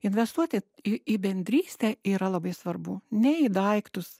investuoti į į bendrystę yra labai svarbu ne į daiktus